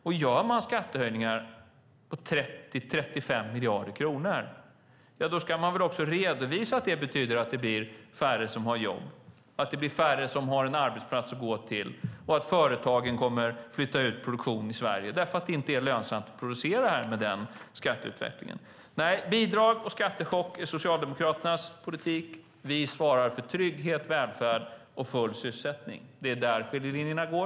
Om man gör skattehöjningar på 30-35 miljarder kronor ska man väl också redovisa att det betyder att det blir färre som har jobb, att det blir färre som har en arbetsplats att gå till och att företagen kommer att flytta ut produktionen från Sverige eftersom det inte blir lönsamt att producera här med den skatteutvecklingen. Bidrag och skattechock är Socialdemokraternas politik. Vi svarar för trygghet, välfärd och full sysselsättning. Det är där skiljelinjen går.